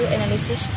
Analysis